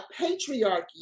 patriarchy